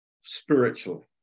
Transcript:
spiritually